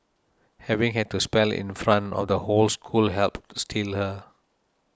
having had to spell in front of the whole school helped steel her